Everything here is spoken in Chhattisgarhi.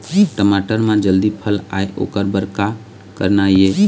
टमाटर म जल्दी फल आय ओकर बर का करना ये?